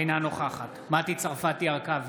אינה נוכחת מטי צרפתי הרכבי,